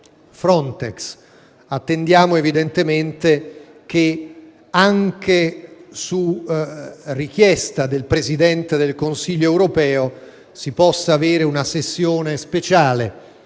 Frontex. Attendiamo che, anche su richiesta del Presidente del Consiglio europeo, si possa avere una sessione speciale